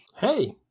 Hey